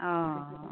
অঁ